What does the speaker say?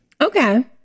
Okay